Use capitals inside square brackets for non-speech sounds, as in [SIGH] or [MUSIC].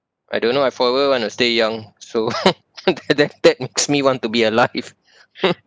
I don't know I forever want to stay young so [LAUGHS] that that that makes me want to be alive [LAUGHS]